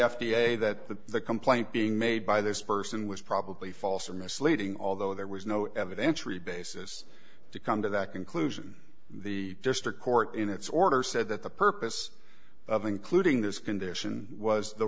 a that the complaint being made by this person was probably false or misleading although there was no evidentiary basis to come to that conclusion the district court in its order said that the purpose of including this condition was the